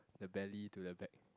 the belly to the back